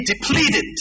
depleted